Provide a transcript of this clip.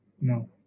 no